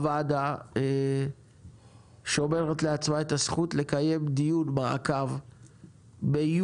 הוועדה שומרת לעצמה את הזכות לקיים דיון מעקב ביולי